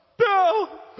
No